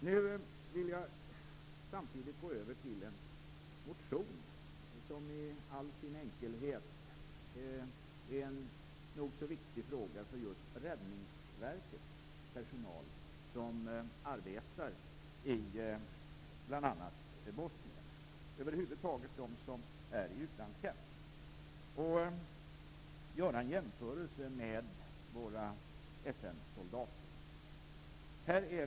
Jag vill härefter gå över till att tala om en motion som i all sin enkelhet tar upp en fråga som är nog så viktig för just Räddningverkets personal i utlandstjänst, bl.a. i Bosnien. Jag vill göra en jämförelse med våra FN-soldater.